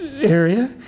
Area